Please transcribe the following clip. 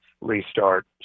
Restart